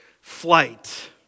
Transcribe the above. flight